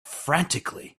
frantically